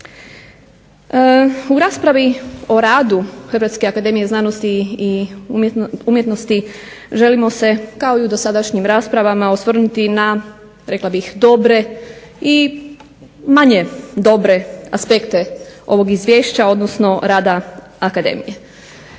U raspravi o radu HAZU-a želimo se kao i u dosadašnjim raspravama osvrnuti na dobre i manje dobre aspekte ovog Izvješća odnosno rada Akademije.